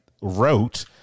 wrote